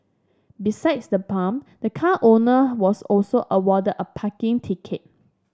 besides the bump the car owner was also awarded a parking ticket